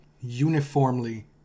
uniformly